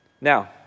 Now